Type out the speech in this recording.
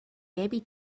baby